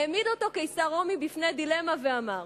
העמיד אותו קיסר רומי בפני דילמה ואמר: